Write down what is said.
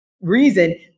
reason –